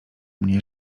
mnie